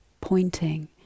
pointing